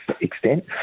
extent